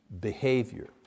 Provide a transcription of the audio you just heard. behavior